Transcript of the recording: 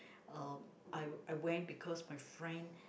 uh I I went because my friend